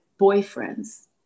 boyfriends